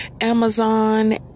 Amazon